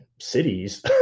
cities